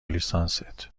لیسانست